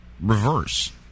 reverse